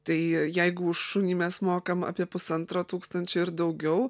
tai jeigu už šunį mes mokam apie pusantro tūkstančio ir daugiau